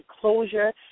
closure